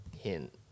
hint